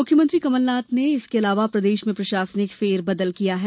मुख्यमंत्री कमलनाथ ने इसके अलावा प्रदेश में प्रशासनिक फेरबदल किया है